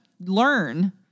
learn